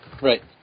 Right